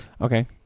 okay